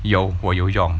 有我有用